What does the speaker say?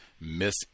miss